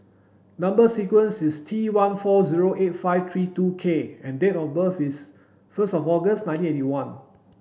number sequence is T one four zero eight five three two K and date of birth is first of August nineteen eighty one